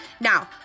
Now